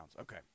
Okay